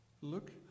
look